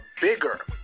bigger